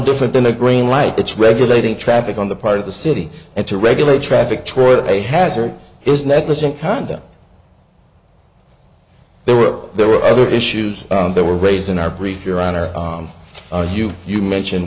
different than a green light it's regulating traffic on the part of the city and to regulate traffic troyer a hazard is negligent condo there were there were other tissues there were raised in our brief your honor are you you mentioned